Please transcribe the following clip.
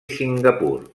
singapur